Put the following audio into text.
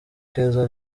keza